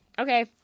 Okay